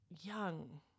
young